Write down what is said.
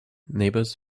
neighbors